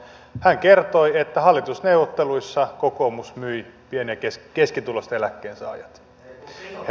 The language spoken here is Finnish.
hän kertoi että hallitusneuvotteluissa kokoomus myi pieni ja keskituloiset eläkkeensaajat